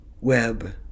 web